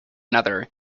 another